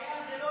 הבעיה היא לא,